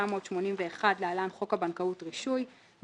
התשמ"א-1981 (להלן חוק הבנקאות (רישוי)); (להלן חוק